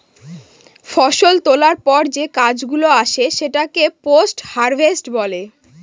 ফষল তোলার পর যে কাজ গুলো আসে সেটাকে পোস্ট হারভেস্ট বলে